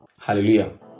hallelujah